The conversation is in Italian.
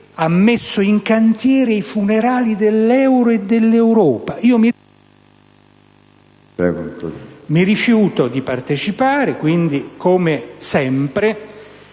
ha messo in cantiere i funerali dell'euro e dell'Europa. Io mi rifiuto di partecipare e quindi, come sempre,